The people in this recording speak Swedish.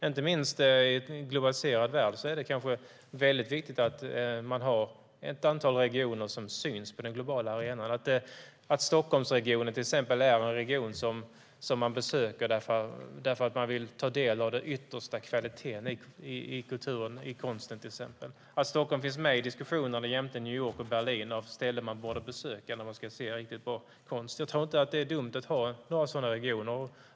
Inte minst i en globaliserad värld är det viktigt att man har ett antal regioner som syns på den globala arenan och att till exempel Stockholmsregionen är en region som man besöker därför att man vill ta del av den yttersta kvaliteten i kulturen, exempelvis konsten. Stockholm ska finnas med i diskussionen jämte New York och Berlin när det gäller ställen som man borde besöka när man ska se riktigt bra konst. Jag tror inte att det är dumt att ha några sådana regioner.